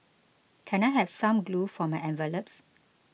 can I have some glue for my envelopes